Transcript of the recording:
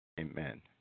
amen